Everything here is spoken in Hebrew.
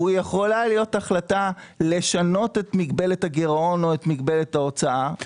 ויכולה להיות החלטה לשנות את מגבלת הגירעון או את מגבלת ההוצאה.